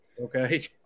Okay